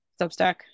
Substack